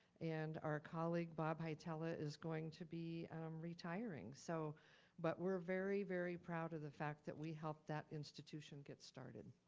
and our colleague, bob hietala is going to be retiring. so but we're very very proud of the fact that we helped that institution get started.